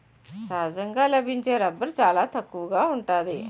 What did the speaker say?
సహజంగా లభించే రబ్బరు చాలా తక్కువగా ఉంటాది